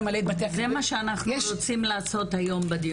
זה מה שאנחנו רוצים לעשות היום בדיון הזה.